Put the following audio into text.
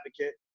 advocate